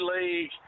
league